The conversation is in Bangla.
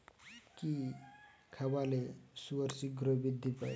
কি খাবালে শুকর শিঘ্রই বৃদ্ধি পায়?